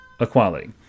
equality